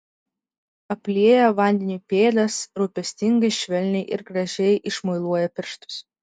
aplieja vandeniu pėdas rūpestingai švelniai ir gražiai išmuiluoja pirštus